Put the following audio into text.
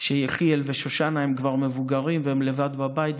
שיחיאל ושושנה כבר מבוגרים והם לבד בבית,